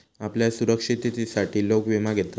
आपल्या सुरक्षिततेसाठी लोक विमा घेतत